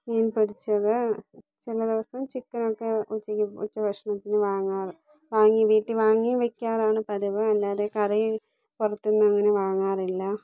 മീൻ പൊരിച്ചത് ചില ദിവസം ചിക്കനൊക്കെ ഉച്ച ഉച്ചഭക്ഷണത്തിന് വാങ്ങാ വാങ്ങി വീട്ടി വാങ്ങിവെക്കാറാണ് പതിവ് അല്ലാതെ കറി പുറത്തുനിന്നങ്ങനെ വാങ്ങാറില്ല